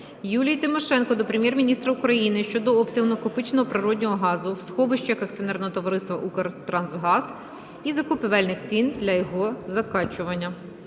Юлії Тимошенко до Прем'єр-міністра України щодо обсягу накопиченого природнього газу в сховищах акціонерного товариства "Укртрансгаз" і закупівельних цін для його закачування.